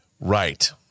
Right